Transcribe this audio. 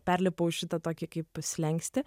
perlipau šitą tokį kaip slenkstį